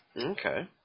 Okay